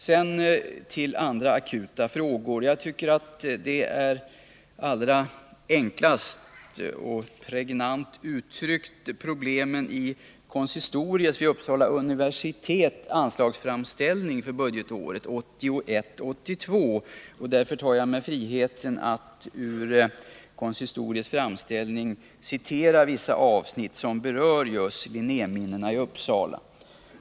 Sedan till andra akuta frågor. Jag tycker att problemen har uttryckts enkelt och pregnant i konsistoriets vid Uppsala universitet anslagsframställning för budgetåret 1981/82. Därför tar jag mig friheten att ur konsistoriets framställning citera vissa avsnitt som berör just Linnéminnena i Uppsala.